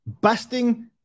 busting